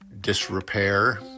disrepair